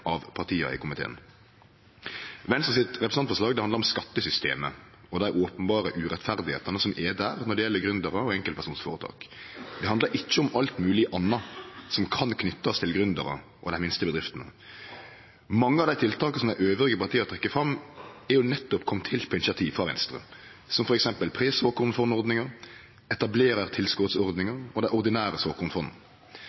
av partia i komiteen. Venstre sitt representantforslag handlar om skattesystemet og det openbert urettferdige som er der når det gjeld gründerar og enkeltpersonføretak. Det handlar ikkje om alt mogleg anna som kan knytast til gründerar og dei minste bedriftene. Mange av dei tiltaka som dei andre partia trekkjer fram, er jo nettopp komne til på initiativ frå Venstre, som